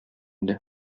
иде